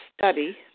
study